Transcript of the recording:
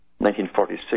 1946